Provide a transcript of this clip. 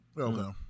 Okay